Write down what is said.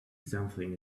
something